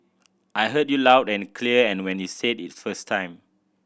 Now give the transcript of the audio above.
I heard you loud and clear when you said it the first time